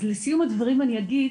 אז, לסיום הדברים אני אגיד